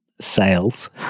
sales